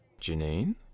Janine